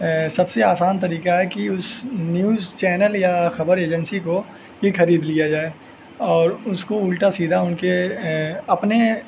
سب سے آسان طریقہ ہے کہ اس نیوز چینل یا خبر ایجنسی کو ہی خرید لیا جائے اور اس کو الٹا سیدھا ان کے اپنے